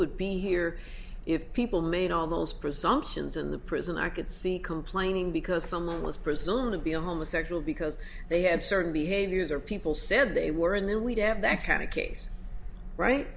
would be here if people made all those presumptions in the prison i could see complaining because someone was presumed to be a homosexual because they had certain behaviors or people said they were and then we have that kind of case right